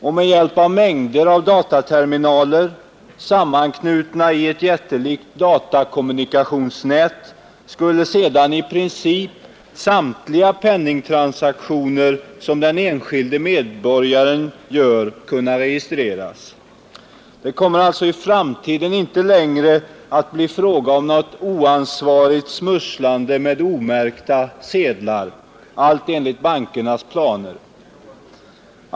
Och med hjälp av mängder av dataterminaler, sammanknutna i ett jättelikt datakommunikationsnät skulle sedan i princip samtliga penningtransaktioner som den enskilde medborgaren gör kunna registreras. Det kommer alltså i framtiden inte längre att bli fråga om något oansvarigt smusslande med omärkta sedlar. Allt enligt bankernas planer.